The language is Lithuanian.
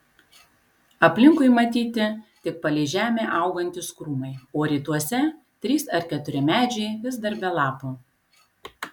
aplinkui matyti tik palei žemę augantys krūmai o rytuose trys ar keturi medžiai vis dar be lapų